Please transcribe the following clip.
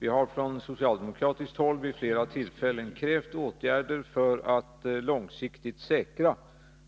Vi har från socialdemokratiskt håll vid flera tillfällen krävt åtgärder för att långsiktigt säkra